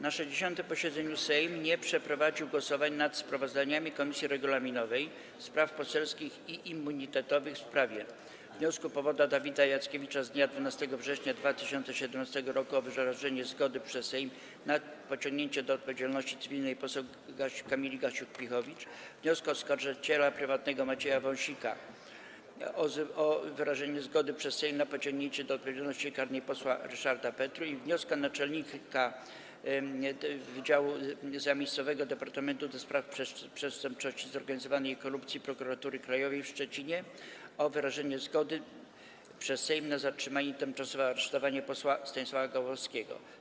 Na 60. posiedzeniu Sejm nie przeprowadził głosowań nad sprawozdaniami Komisji Regulaminowej, Spraw Poselskich i Immunitetowych w sprawie: - wniosku powoda Dawida Jackiewicza z dnia 12 września 2017 r. o wyrażenie zgody przez Sejm na pociągnięcie do odpowiedzialności cywilnej poseł Kamili Gasiuk-Pihowicz, - wniosku oskarżyciela prywatnego Macieja Wąsika o wyrażenie zgody przez Sejm na pociągnięcie do odpowiedzialności karnej posła Ryszarda Petru, - wniosku naczelnika Wydziału Zamiejscowego Departamentu do Spraw Przestępczości Zorganizowanej i Korupcji Prokuratury Krajowej w Szczecinie o wyrażenie zgody przez Sejm na zatrzymanie i tymczasowe aresztowanie posła Stanisława Gawłowskiego.